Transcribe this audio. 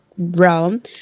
realm